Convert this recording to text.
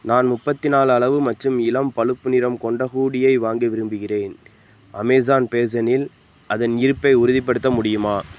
நான் முப்பத்தி நாலு அளவு மற்றும் இளம் பழுப்பு நிறம் கொண்ட ஹூடியை வாங்க விரும்புகிறேன் அமேசான் ஃபேஷனில் அதன் இருப்பை உறுதிப்படுத்த முடியுமா